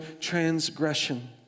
transgression